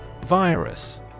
Virus